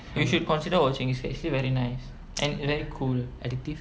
you should consider watching it's actually very nice and very cool